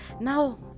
Now